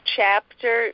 chapter